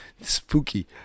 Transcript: spooky